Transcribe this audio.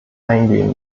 eingehen